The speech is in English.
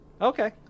okay